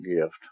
gift